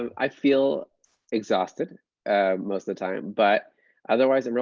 um i feel exhausted most of the time. but otherwise, i mean